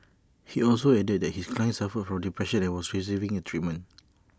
he also added that his client suffered from depression and was receiving treatment